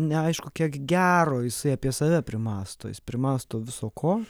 neaišku kiek gero jisai apie save primąsto jis primąsto viso ko